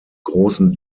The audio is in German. großen